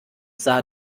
sah